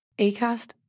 ACAST